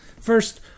First